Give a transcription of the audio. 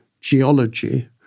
geology